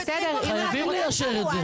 חייבים ליישר את זה.